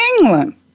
England